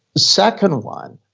second one,